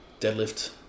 deadlift